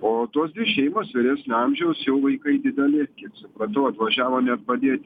o tos dvi šeimos vyresnio amžiaus jau vaikai dideli kiek supratau atvažiavo net padėti